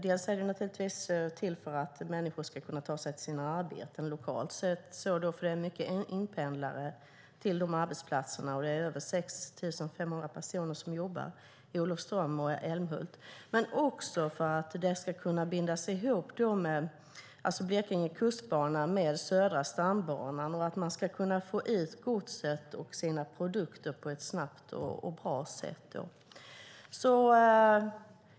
Den behövs för att människor ska kunna ta sig till sina arbeten. Det är många pendlare till arbetsplatserna. Det är över 6 500 personer som jobbar i Olofström och Älmhult. Den behövs också för att binda ihop Blekinge kustbana med Södra stambanan och för att man ska kunna få ut gods och produkter på ett snabbt och bra sätt.